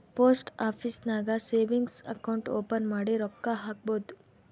post office ನಾಗ್ savings account open ಮಾಡಿ ರೊಕ್ಕಾ ಹಾಕ್ಬೋದ್